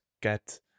get